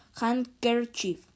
handkerchief